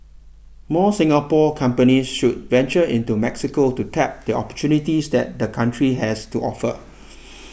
more Singapore companies should venture into Mexico to tap the opportunities that the country has to offer